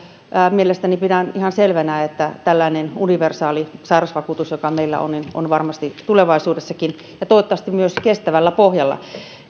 pidän ihan selvänä että tällainen universaali sairausvakuutus joka meillä on on varmasti tulevaisuudessakin ja toivottavasti myös kestävällä pohjalla